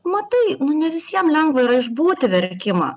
matai nu ne visiem lengva yra išbūti verkimą